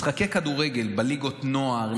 משחקי כדורגל בליגות נוער,